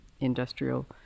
industrial